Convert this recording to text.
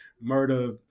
murder